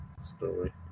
story